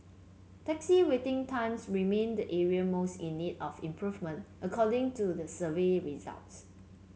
taxi waiting times remained the area most in need of improvement according to the survey results